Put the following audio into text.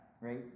right